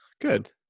Good